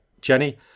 Jenny